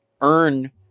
earn